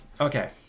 Okay